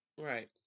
Right